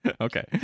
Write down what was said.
Okay